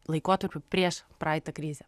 laikotarpiu prieš praeitą krizę